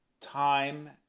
time